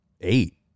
eight